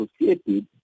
associated